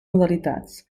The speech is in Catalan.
modalitats